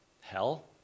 hell